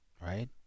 Right